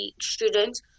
students